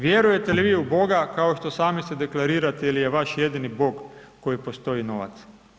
Vjerujete li vi u Boga kao što sami se deklarirate ili je vaš jedini Bog koji postoji novac?